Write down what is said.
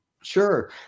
Sure